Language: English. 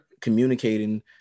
communicating